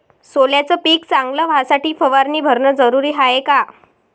सोल्याचं पिक चांगलं व्हासाठी फवारणी भरनं जरुरी हाये का?